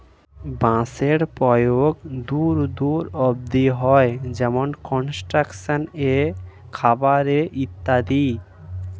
বাঁশের প্রয়োগ দূর দূর অব্দি হয়, যেমন কনস্ট্রাকশন এ, খাবার এ ইত্যাদি